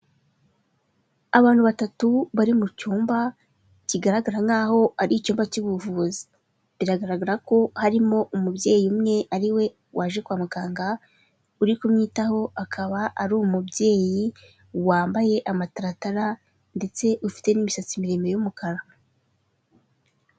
Abantu batatu bari mu cyumba kigaragara nk'aho ari icyumba cy'ubuvuz,i biragaragara ko harimo umubyeyi umwe ariwe waje kwa muganga, uri kumwitaho akaba ari umubyeyi wambaye amataratara ndetse ufite n'imisatsi miremire y'umukara.